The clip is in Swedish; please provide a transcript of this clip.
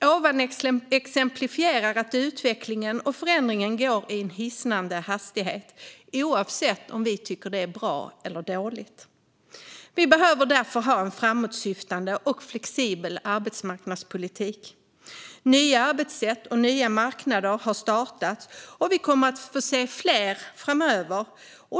Ovan exemplifierar att utvecklingen och förändringen går i en hisnande hastighet, oavsett om vi tycker att det är bra eller dåligt. Vi behöver därför ha en framåtsyftande och flexibel arbetsmarknadspolitik. Nya arbetssätt och nya marknader har startats, och vi kommer att få se fler framöver.